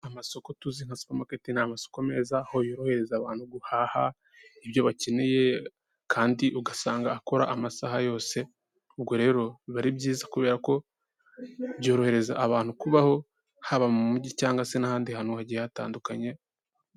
Amasoko tuzi nka supa maketi ni amasuko meza aho yorohereza abantu guhaha ibyo bakeneye kandi ugasanga akora amasaha yose, ubwo rero biba ari byiza kubera ko byorohereza abantu kubaho, haba mu mujyi cyangwa se n'ahandi hantu hagiye hatandukanye.